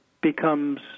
becomes